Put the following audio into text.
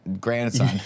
grandson